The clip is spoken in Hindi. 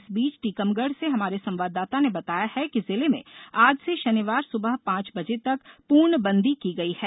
इस बीच टीकमगढ़ से हमारे संवाददाता ने बताया है कि जिले में आज से शनिवार सुबह पांच बजे तक पूर्णबंदी की गई है